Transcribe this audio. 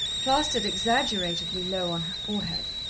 plastered exaggeratedly low on her forehead,